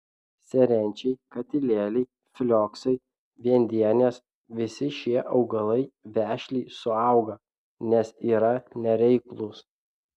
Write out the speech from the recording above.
serenčiai katilėliai flioksai viendienės visi šie augalai vešliai suauga nes yra nereiklūs